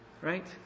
right